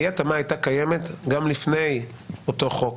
אי ההתאמה הייתה קיימת גם לפני אותו חוק